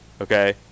Okay